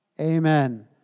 Amen